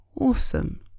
Awesome